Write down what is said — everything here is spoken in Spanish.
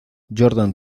jordan